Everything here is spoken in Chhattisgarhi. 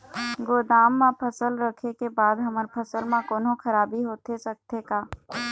गोदाम मा फसल रखें के बाद हमर फसल मा कोन्हों खराबी होथे सकथे का?